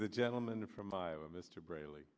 the gentleman from iowa mr brayley